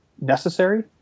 necessary